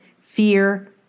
fear